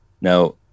Now